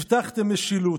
הבטחתם משילות.